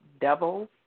devils